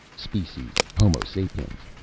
species homo sapiens,